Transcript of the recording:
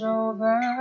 over